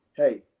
Hey